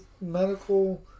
medical